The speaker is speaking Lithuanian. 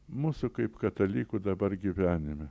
mūsų kaip katalikų dabar gyvenime